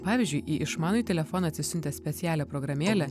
pavyzdžiui į išmanųjį telefoną atsisiuntę specialią programėlę